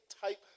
type